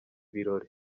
birori